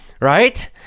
right